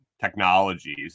technologies